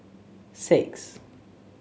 six